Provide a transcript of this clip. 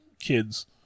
kids